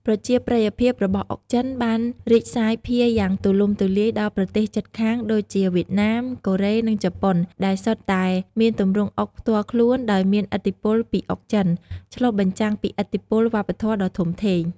ប្រជាប្រិយភាពរបស់អុកចិនបានរីកសាយភាយយ៉ាងទូលំទូលាយដល់ប្រទេសជិតខាងដូចជាវៀតណាម កូរ៉េ និងជប៉ុន ដែលសុទ្ធតែមានទម្រង់អុកផ្ទាល់ខ្លួនដោយមានឥទ្ធិពលពីអុកចិន ឆ្លុះបញ្ចាំងពីឥទ្ធិពលវប្បធម៌ដ៏ធំធេង។